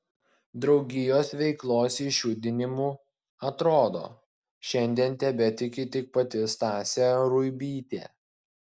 draugijos veiklos išjudinimu atrodo šiandien tebetiki tik pati stasė ruibytė